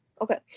Okay